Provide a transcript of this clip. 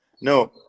no